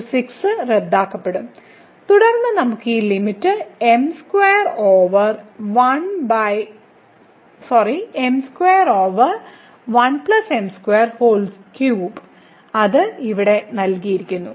x6 റദ്ദാക്കപ്പെടും തുടർന്ന് നമുക്ക് ഈ ലിമിറ്റ് m2 ലഭിക്കും ഓവർ അത് ഇവിടെ നൽകിയിരിക്കുന്നു